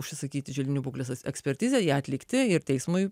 užsisakyti želdinių būklės ekspertizę ją atlikti ir teismui